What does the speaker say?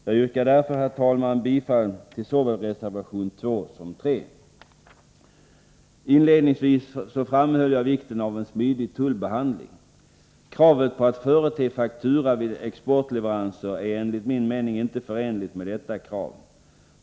Jag yrkar därför, herr talman, bifall till såväl reservation 2 som reservation I Inledningsvis framhöll jag vikten av en smidig tullbehandling. Kravet på att förete faktura vid exportleveranser är enligt min mening inte förenligt med detta krav.